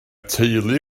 teulu